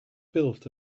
built